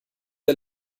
der